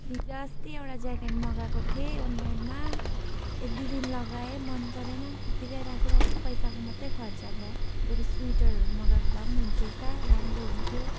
हिजोअस्ती एउटा ज्याकेट मगाएको थिएँ अनलाइनमा एक दुई दिन लगाएँ मनपरेन त्यतिकै राखिरहेछु पैसाको मात्रै खर्चा भयो बरु स्वेटरहरू मगाएको भए पनि हुने थिएछ राम्रो हुन्थ्यो